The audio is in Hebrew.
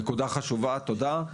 נקודה חשובה, תודה.